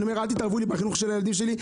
ואומר אל תתערבו לי בחינוך של הילדים שלי,